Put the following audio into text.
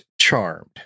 Charmed